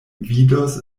vidos